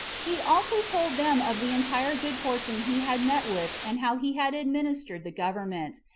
he also told them of the entire good fortune he had met with and how he had administered the government,